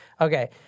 Okay